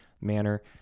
manner